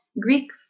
Greek